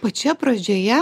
pačioje pradžioje